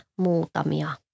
muutamia